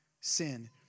sin